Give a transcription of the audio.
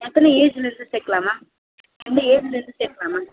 எத்தனை ஏஜ்லருந்து சேர்க்கலாம் மேம் எந்த ஏஜ்லருந்து சேர்க்கலாம் மேம்